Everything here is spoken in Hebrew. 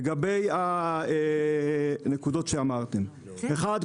לגבי הנקודות שאמרתם: ראשית,